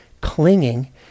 clinging